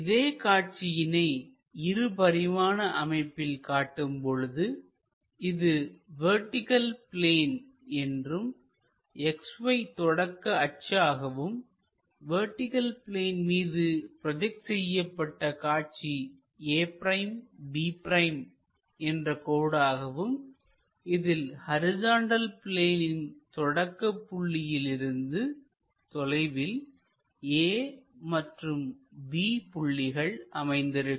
இதே காட்சியினை இரு பரிமாண அமைப்பின் காட்டும் பொழுது இது வெர்டிகள் பிளேன் என்றும் XY தொடக்க அச்சு ஆகவும் வெர்டிகள் பிளேன் மீது ப்ரோஜெக்ட் செய்யப்பட்ட காட்சி a'b' என்ற கோடாகவும் இந்த ஹரிசாண்டல் பிளேனில் தொடக்கப் புள்ளியில் இருந்து தொலைவில் a மற்றும் b புள்ளிகள் அமைந்திருக்கும்